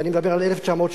ואני מדבר על 1980,